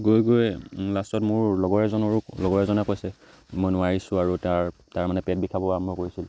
গৈ গৈ লাষ্টত মোৰ লগৰ এজনৰো লগৰ এজনে কৈছে মই নোৱাৰিছোঁ আৰু তাৰ তাৰ মানে পেট বিষাব আৰম্ভ কৰিছিল